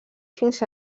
fins